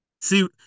See